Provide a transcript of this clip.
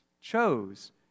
chose